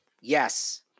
Yes